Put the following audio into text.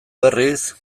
berriz